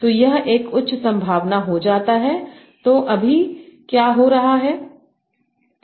तो यह एक उच्च संभावना हो जाता है तो अभी क्या हो रहा है